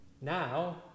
now